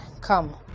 Come